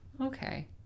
Okay